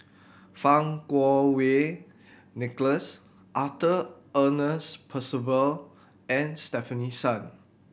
Fang Kuo Wei Nicholas Arthur Ernest Percival and Stefanie Sun